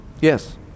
yes